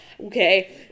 Okay